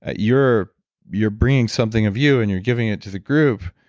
ah you're you're bringing something of you and you're giving it to the group.